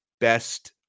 best